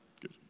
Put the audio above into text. Good